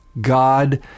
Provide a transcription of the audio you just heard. God